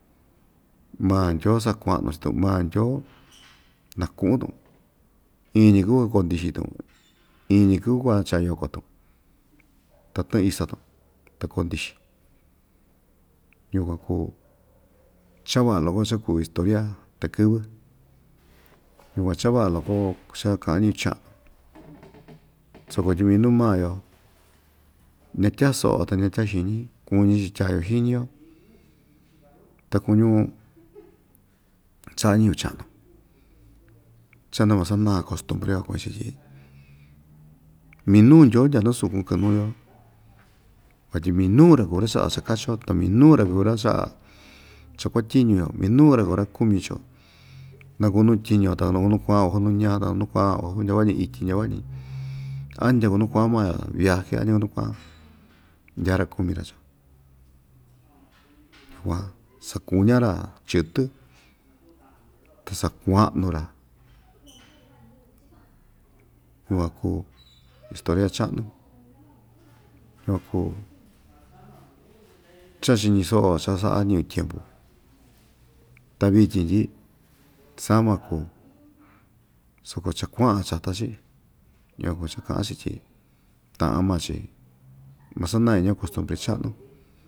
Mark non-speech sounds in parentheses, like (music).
Maa ndyoo sakua'nu stun maa ndyoo naku'un‑tun iin‑ñi kɨvɨ kuakoo ndixi‑tun iin‑ñi kɨvɨ kuachaa yoko‑tun ta tɨɨn isa‑tun ta koo ndixi yukuan kuu cha va'a loko chakuu historia takɨ́vɨ yukuan cha va'a loko cha‑ka'an ñɨvɨ cha'nu (noise) soko tyi minu maa‑yo ñatyaso'o ta ñatya xiñi kuñi‑chi tyaa‑yo xiñi‑yo ta kuñu sa'a ñɨvɨ cha'nu cha nuu masanao kostumbre‑yo kuñi‑chi tyi minu ndyoo ndya nusukun kɨ'ɨ nuu‑yo vatyi minu‑ra kuu ra‑cha'a chakachi‑yo ta minu‑ra kuu ra‑cha'a chakuatyiñu‑yo minu‑ra kuu ra‑kumi chio naku nu tyiñu‑yo ta (unintelligible) nu kua'an‑yo su nu ñaa‑ka nu kua'an‑yo asu ndyava'a‑ñi ityi ndyava'a‑ñi andya kuu nu kua'an maa‑yo viaje andya nu kua'an‑yo ndyaa‑ra kumi‑ra chio yukuan sakuña‑ra chɨtɨ ta sakua'nu‑ra yukuan kuu historia cha'nu (unintelligible) kuu cha‑chiñiso'o cha‑sa'a ñɨvɨ tyempu ta vityin tyi sama kuu soko cha kua'an chata‑chi yukuan kuu cha‑ka'an‑chi tyi ta'an maa‑chi masana iñi‑yo kostumpri cha'nu.